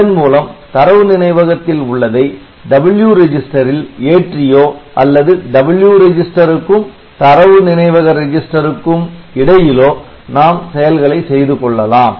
இதன் மூலம் தரவு நினைவகத்தில் உள்ளதை 'W' ரிஜிஸ்டரில் ஏற்றியோ அல்லது W ரெஜிஸ்டருக்கும் தரவு நினைவக ரெஜிஸ்டருக்கும் இடையிலோ நாம் செயல்களை செய்து கொள்ளலாம்